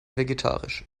vegetarisch